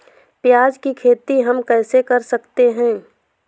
प्याज की खेती हम कैसे कर सकते हैं?